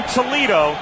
Toledo